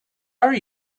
are